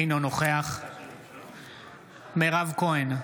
אינו נוכח מירב כהן,